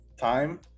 time